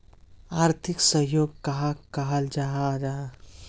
आर्थिक सहयोग कहाक कहाल जाहा जाहा?